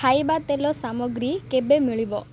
ଖାଇବା ତେଲ ସାମଗ୍ରୀ କେବେ ମିଳିବ